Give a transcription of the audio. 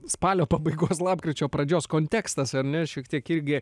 spalio pabaigos lapkričio pradžios kontekstas ar ne šiek tiek irgi